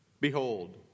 Behold